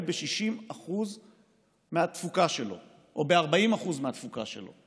ב-60% מהתפוקה שלו או ב-40% מהתפוקה שלו,